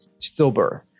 stillbirth